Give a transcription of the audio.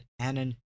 Anon